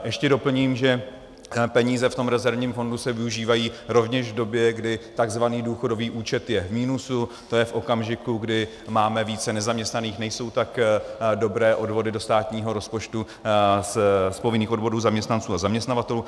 Ještě doplním, že peníze v rezervním fondu se využívají rovněž v době, kdy tzv. důchodový účet je v minusu, to je v okamžiku, kdy máme více nezaměstnaných, nejsou tak dobré odvody do státního rozpočtu z povinných odvodů zaměstnanců a zaměstnavatelů.